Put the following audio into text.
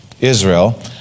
Israel